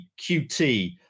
QT